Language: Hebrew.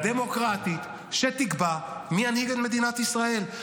-- מערכת בחירות דמוקרטית שתקבע מי ינהיג את מדינת ישראל.